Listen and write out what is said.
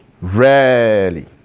rarely